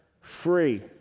free